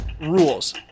Rules